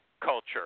culture